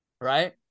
right